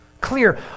clear